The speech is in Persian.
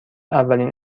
اولین